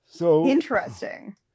Interesting